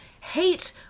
hate